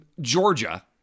Georgia